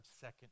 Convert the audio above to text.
second